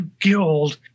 guild